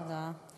תודה.